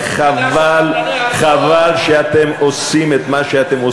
המפלגה שלך היא מפלגה של